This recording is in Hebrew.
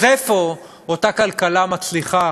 אז איפה אותה כלכלה מצליחה?